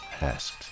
asked